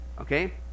Okay